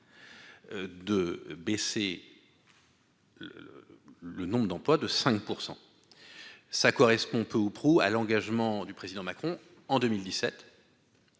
de baisser le le le nombre d'emplois de 5 %% ça correspond peu ou prou à l'engagement du président Macron en 2017